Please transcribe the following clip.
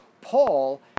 Paul